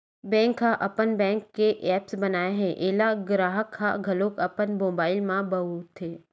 bank ह अपन bank के ऐप्स बनाए हे एला गराहक ह घलोक अपन मोबाइल म बउरथे